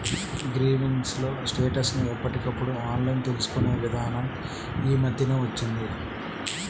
grievance ల status ని ఎప్పటికప్పుడు ఆన్లైన్ తెలుసుకునే ఇదానం యీ మద్దెనే వచ్చింది